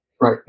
Right